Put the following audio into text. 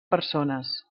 persones